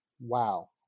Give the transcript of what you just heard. wow